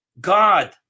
God